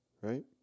right